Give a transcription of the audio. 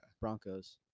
Broncos